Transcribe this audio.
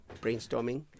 brainstorming